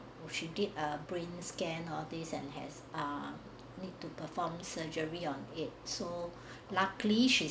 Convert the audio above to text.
w~ she did a brain scan nowadays and has ah need to perform surgery on it so luckily she's